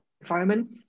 environment